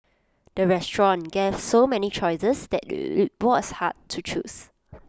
the restaurant gave so many choices that was hard to choose